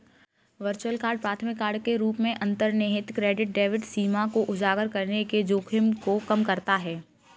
virtual card प्राथमिक card के रूप में अंतर्निहित क्रेडिट डेबिट सीमा को उजागर करने के जोखिम को कम करता है